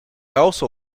also